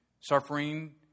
suffering